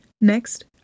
Next